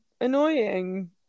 annoying